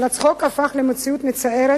אבל הצחוק הפך למציאות מצערת.